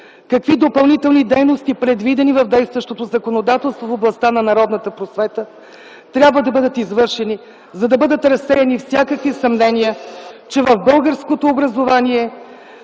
какви допълнителни дейности, предвидени в действащото законодателство в областта на народната просвета, трябва да бъдат извършени, за да бъдат разсеяни всякакви съмнения, че в българското образование